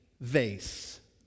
vase